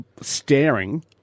staring